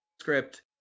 script